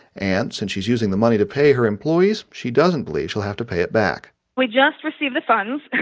and since she's using the money to pay her employees, she doesn't believe she'll have to pay it back we just received the funds.